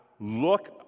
look